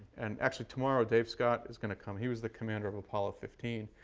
and actually tomorrow, dave scott is going to come. he was the commander of apollo fifteen.